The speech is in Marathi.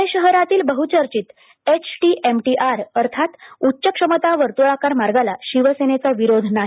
पुणे शहरातील बहचर्चित एचसीएमटीआर अर्थात उच्च क्षमता वर्तुळाकार मार्गाला शिवसेनेचा विरोध नाही